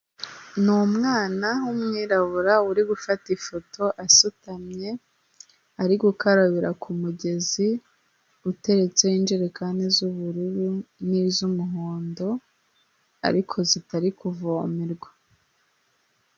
Ni umwana w'umwirabura uri gufata ifoto asutamye, ari gukarabira ku mugezi uteretseho injerekani z'ubururu n'iz'umuhondo ariko zitari kuvomerwa.